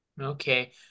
Okay